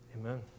Amen